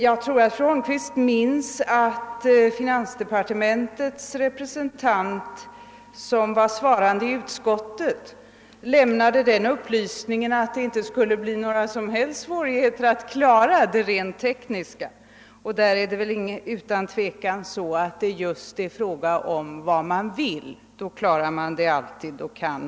Jag tror att fru Holmqvist minns att finansdepartementets representant, som var inkallad sakkunnig i utskottet, lämnade den upplysningen att det inte skulle bli några som helst svårigheter att klara det rent tekniska. Här är det utan tvekan fråga om vad man vill; vill man klarar man det alltid.